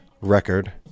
record